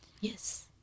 Yes